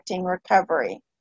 recovery